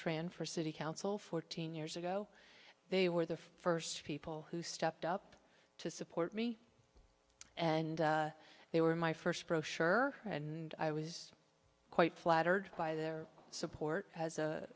ran for city council fourteen years ago they were the first people who stepped up to support me and they were my first brochure and i was quite flattered by their support